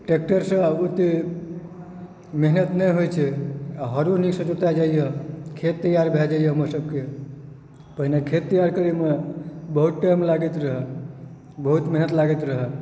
tractor से आब ओते मेहनत नहि होइ छै आ हरो निकसँ जोता जाइया खेत तैयार भऽ जाइया हमर सभकेँ पहिने खेत तैयार करैमे बहुत टाइम लागैत रहए बहुत मेहनत लागैत रहए